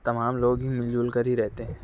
تمام لوگ ہی مل جل کر ہی رہتے ہیں